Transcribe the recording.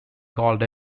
called